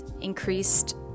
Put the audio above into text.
increased